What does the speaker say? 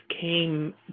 came